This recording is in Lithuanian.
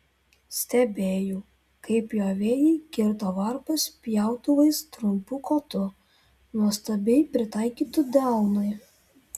stebėjau kaip pjovėjai kirto varpas pjautuvais trumpu kotu nuostabiai pritaikytu delnui